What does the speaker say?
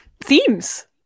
Themes